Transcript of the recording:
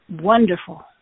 wonderful